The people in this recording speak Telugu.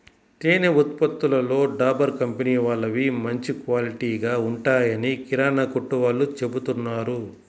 తేనె ఉత్పత్తులలో డాబర్ కంపెనీ వాళ్ళవి మంచి క్వాలిటీగా ఉంటాయని కిరానా కొట్టు వాళ్ళు చెబుతున్నారు